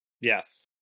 Yes